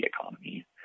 economy